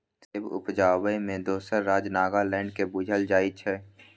सेब उपजाबै मे दोसर राज्य नागालैंड केँ बुझल जाइ छै